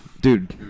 Dude